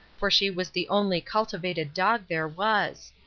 for she was the only cultivated dog there was.